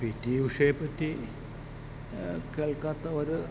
P T ഉഷയെ പറ്റി കേൾക്കാത്തവർ